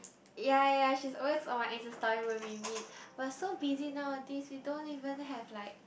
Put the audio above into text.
ya ya she is always on my Insta Story when we meet but so busy nowadays you don't even have like